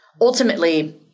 ultimately